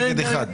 נגד אחד.